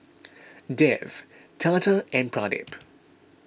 Dev Tata and Pradip